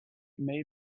may